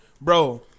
Bro